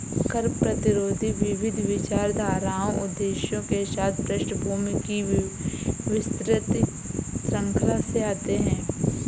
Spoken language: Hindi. कर प्रतिरोधी विविध विचारधाराओं उद्देश्यों के साथ पृष्ठभूमि की विस्तृत श्रृंखला से आते है